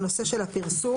הנושא של הפרסום.